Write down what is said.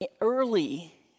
Early